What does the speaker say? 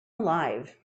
alive